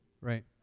Right